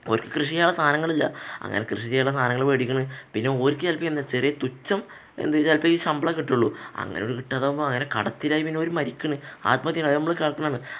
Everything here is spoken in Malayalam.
അവര്ക്ക് കൃഷി ചെയ്യാനുള്ള സാധനങ്ങളില്ല അങ്ങനെ കൃഷി ചെയ്യാനുള്ള സാധനങ്ങള് മേടിക്കുകയാണ് പിന്നെ അവര്ക്ക് ചിലപ്പോള് എന്താണ് ചെറിയ തുച്ഛം എന്ത് ചിലപ്പോള് ഈ ശമ്പളം കിട്ടുകയുള്ളൂ അങ്ങനെയത് കിട്ടാതെയാകുമ്പോള് അങ്ങനെ കടത്തിലായി പിന്നെ അവര് മരിക്കുകയാണ് ആത്മഹത്യ ചെയ്യുകയാണ് അത് നമ്മള് കേൾക്കുന്നതാണ്